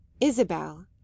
Isabel